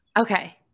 Okay